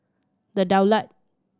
The Daulat